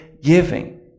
giving